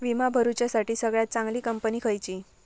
विमा भरुच्यासाठी सगळयात चागंली कंपनी खयची?